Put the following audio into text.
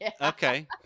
okay